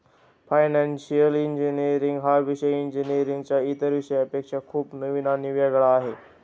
financial engineering हा विषय इंजिनीअरिंगच्या इतर विषयांपेक्षा खूप नवीन आणि वेगळा आहे